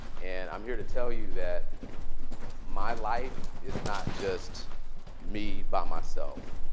and i'm here to tell you that my life is not just me by myself.